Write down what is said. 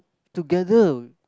together